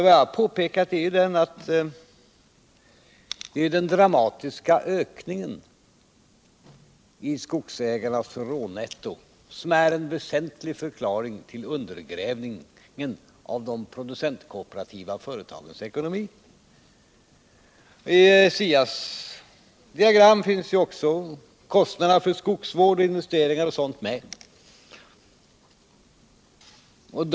Vad jag pekade på var ju den dramatiska ökningen av skogsägarnas rånetto och att denna ökning är en väsentlig förklaring till undergrävningen av de producentkooperativa företagens ekonomi. SIA:s diagram visar att kostnaderna för skogsvård, investeringar och sådant är täckta.